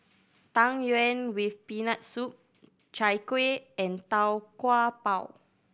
Tang Yuen with Peanut Soup Chai Kueh and Tau Kwa Pau